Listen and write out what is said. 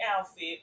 outfit